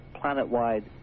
planet-wide